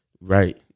Right